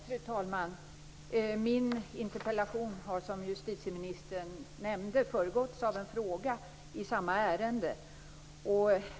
Fru talman! Min interpellation har som justitieministern nämnde föregåtts av en fråga i samma ärende.